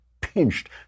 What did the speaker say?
pinched